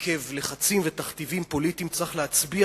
עקב לחצים ותכתיבים פוליטיים צריך להצביע